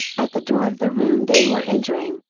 at the door of the room they were entering,